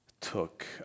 took